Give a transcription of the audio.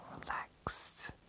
relaxed